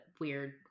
weird